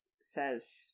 says